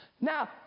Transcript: Now